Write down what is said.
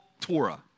Torah